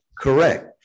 Correct